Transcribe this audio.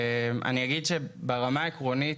אגיד שברמה העקרונית,